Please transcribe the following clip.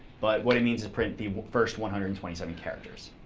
but what it means is print the first one hundred and twenty seven characters.